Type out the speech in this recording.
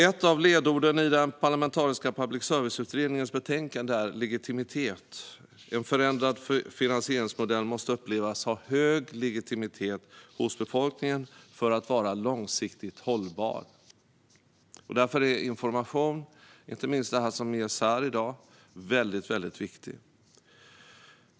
Ett av ledorden i den parlamentariska public service-utredningens betänkande är "legitimitet". En förändrad finansieringsmodell måste upplevas ha hög legitimitet hos befolkningen för att vara långsiktigt hållbar. Därför är information, inte minst den som ges här i dag, väldigt viktig.